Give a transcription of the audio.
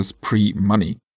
pre-money